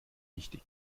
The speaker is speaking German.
wichtig